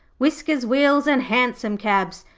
whiskers, wheels and hansom cabs,